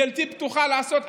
דלתי פתוחה לעשות.